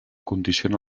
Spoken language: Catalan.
condiciona